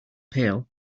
pail